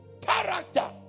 character